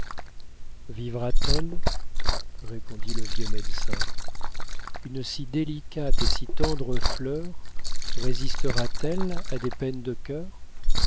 seuls vivra t elle répondit le vieux médecin une si délicate et si tendre fleur résistera t elle à des peines de cœur